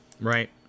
Right